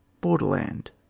borderland